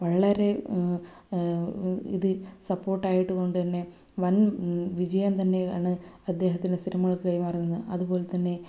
വളരെ ഇത് സപോർട്ട് ആയിട്ട് കൊണ്ട് തന്നെ വൻ വിജയം തന്നെയാണ് അദ്ദേഹത്തിൻ്റെ സിനിമകൾക്ക് കൈമാറുന്നത് അതുപോലെതന്നെ